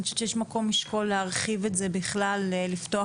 אני חושבת שיש מקום לשקול להרחיב את זה בכלל לפתוח